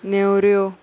नेवऱ्यो